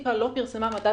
לסטטיסטיקה לא פרסמה מדד